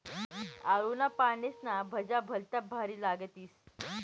आळूना पानेस्न्या भज्या भलत्या भारी लागतीस